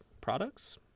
products